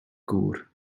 gŵr